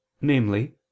namely